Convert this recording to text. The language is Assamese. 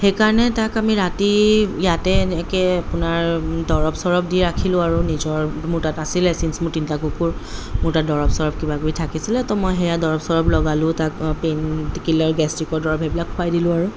সেইকাৰণে তাক আমি ৰাতি ইয়াতে এনেকৈ আপোনাৰ দৰব চৰৱ দি ৰাখিলোঁ আৰু নিজৰ মোৰ তাত আছিলে চিনছ মোৰ তিনিটা কুকুৰ মোৰ তাত দৰব চৰব কিবাকিবি থাকিছিলে তো মই সেয়া দৰব চৰব লগালোঁ তাক পেইন কীলাৰ গেষ্ট্ৰিকৰ দৰব সেইবিলাক খোৱাই দিলোঁ আৰু